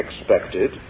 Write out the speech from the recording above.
expected